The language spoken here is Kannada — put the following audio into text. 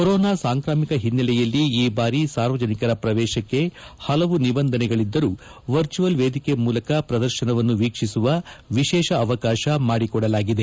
ಕೊರೊನಾ ಸಾಂಕಾಮಿಕ ಹಿನ್ನೆಲೆಯಲ್ಲಿ ಈ ಬಾರಿ ಸಾರ್ವಜನಿಕ ಪ್ರವೇಶಕ್ಕೆ ಪಲವು ನಿಬಂಧನೆಗಳಿದ್ದರೂ ವರ್ಚುವಲ್ ವೇದಿಕೆ ಮೂಲಕ ಪ್ರದರ್ಶನವನ್ನು ವೀಕ್ಷಿಸುವ ವಿಶೇಷ ಅವಕಾಶ ಮಾಡಿಕೊಡಲಾಗಿದೆ